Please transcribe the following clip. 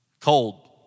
Cold